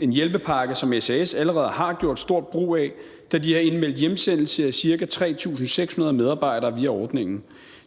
en hjælpepakke, som SAS allerede har gjort stort brug af, da de har indmeldt hjemsendelse af ca. 3.600 medarbejdere via ordningen.